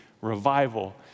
revival